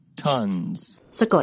Tons